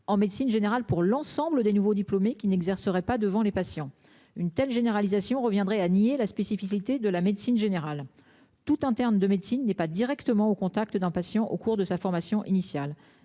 en médecine générale pour l'ensemble des nouveaux diplômés qui n'exercerait pas devant les patients une telle généralisation reviendrait à nier la spécificité de la médecine générale toute internes de médecine n'est pas directement au contact d'un patient au cours de sa formation initiale,